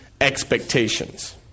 expectations